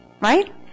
Right